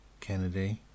Kennedy